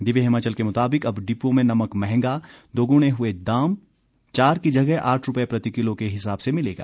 दिव्य हिमाचल के मुताबिक अब डिपुओं में नमक महंगा दोगुणे हुए दाम चार की जगह आठ रुपये प्रति किलो के हिसाब से मिलेगा